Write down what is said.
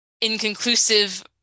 inconclusive